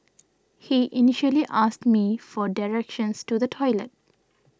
he initially asked me for directions to the toilet